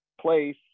place